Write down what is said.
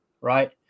right